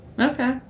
Okay